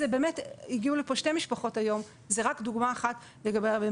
הגיעו לפה שתי משפחות היום ואלה רק שתי דוגמאות לגבי...